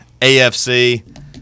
AFC